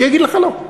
שיגיד לך לא.